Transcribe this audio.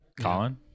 Colin